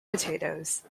potatoes